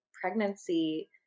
pregnancy